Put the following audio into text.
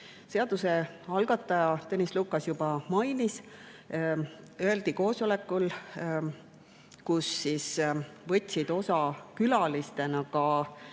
seaduse algataja Tõnis Lukas juba mainis, öeldi koosolekul, millest võtsid osa külalistena ka